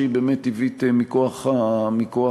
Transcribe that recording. שהיא באמת טבעית מכוח המצב.